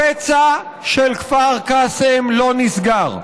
הפצע של כפר קאסם לא נסגר,